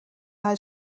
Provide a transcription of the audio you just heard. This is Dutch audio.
hij